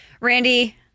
Randy